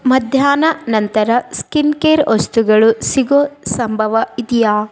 ಮಧ್ಯಾಹ್ನ ನಂತರ skin care ವಸ್ತುಗಳು ಸಿಗೋ ಸಂಭವ ಇದೆಯಾ